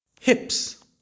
hips